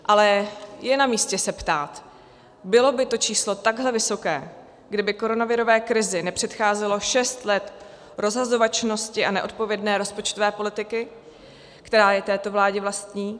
Ale je namístě se ptát: Bylo by to číslo takhle vysoké, kdyby koronavirové krizi nepředcházelo šest let rozhazovačnosti a neodpovědné rozpočtové politiky, která je této vládě vlastní?